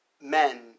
men